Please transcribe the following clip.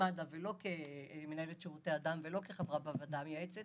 כמד"א ולא כמנהלת שירותי הדם ולא כחברה בוועדה המייעצת